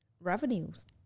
revenues